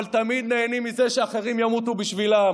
אבל תמיד נהנים מזה שאחרים ימותו בשבילם